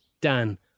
Dan